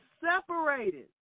separated